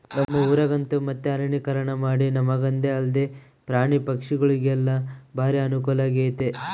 ನಮ್ಮ ಊರಗಂತೂ ಮತ್ತೆ ಅರಣ್ಯೀಕರಣಮಾಡಿ ನಮಗಂದೆ ಅಲ್ದೆ ಪ್ರಾಣಿ ಪಕ್ಷಿಗುಳಿಗೆಲ್ಲ ಬಾರಿ ಅನುಕೂಲಾಗೆತೆ